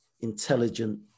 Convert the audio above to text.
intelligent